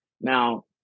Now